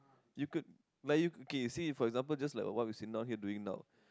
you could like you okay you see for example just like what we're sitting down here doing now